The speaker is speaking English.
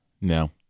No